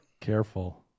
Careful